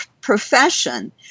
profession